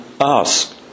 Ask